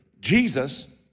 Jesus